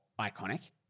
iconic